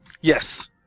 Yes